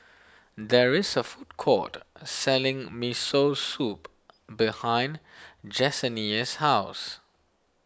there is a food court selling Miso Soup behind Jessenia's house